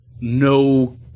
no